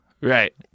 Right